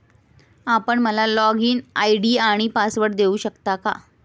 आपण मला login ID आणि पासवर्ड देऊ शकता का?